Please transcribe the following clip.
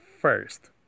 first